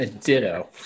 Ditto